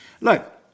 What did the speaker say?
Look